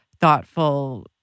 thoughtful